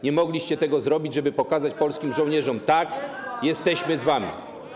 Nie mogliście tego zrobić, żeby pokazać polskim żołnierzom: tak, jesteśmy z wami?